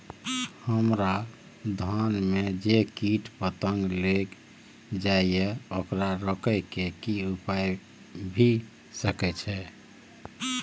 हमरा धान में जे कीट पतंग लैग जाय ये ओकरा रोके के कि उपाय भी सके छै?